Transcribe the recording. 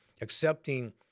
accepting